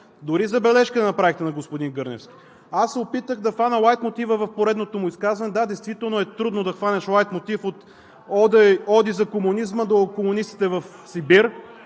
Дори забележка не направихте на господин Гърневски. Аз се опитах да хвана лайтмотива в поредното му изказване – да, действително е трудно да хванеш лайтмотив от оди за комунизма до комунистите в Сибир.